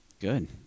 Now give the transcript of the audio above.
Good